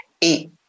eat